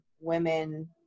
women